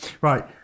Right